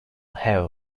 have